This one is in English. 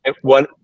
One